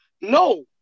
No